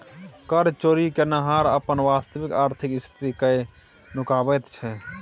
कर चोरि केनिहार अपन वास्तविक आर्थिक स्थिति कए नुकाबैत छै